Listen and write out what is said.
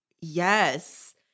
Yes